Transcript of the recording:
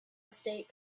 estate